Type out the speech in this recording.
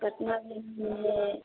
कितने दिन हुए